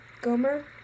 Gomer